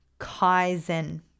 Kaizen